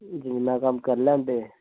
जमीनां दा कम्म करी लैंदे